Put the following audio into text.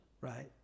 Right